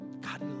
God